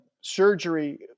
surgery